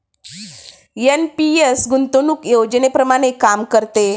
NPS गुंतवणूक योजनेप्रमाणे काम करते